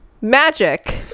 magic